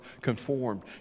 conformed